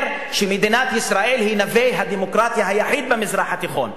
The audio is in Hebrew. שמדינת ישראל היא נווה הדמוקרטיה היחיד במזרח התיכון.